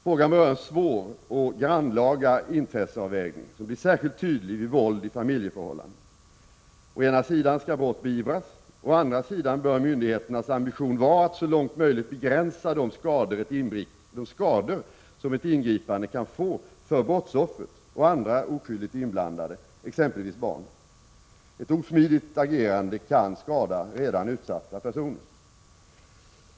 Frågan berör en svår och grannlaga intresseavvägning, som blir särskilt tydlig vid våld i familjeförhållanden. Å ena sidan skall brott beivras, å andra sidan bör myndigheternas ambition vara att så långt möjligt begränsa de skador ett ingripande kan få för brottsoffret och andra oskyldigt inblandade, exempelvis barnen. Ett osmidigt agerande kan skada redan utsatta personer.